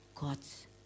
God's